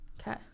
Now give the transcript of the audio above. Okay